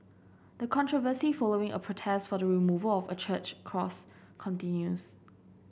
the controversy following a protest for the removal of a church cross continues